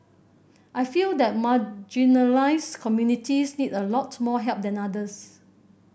I feel that marginalised communities need a lot more help than others